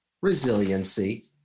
resiliency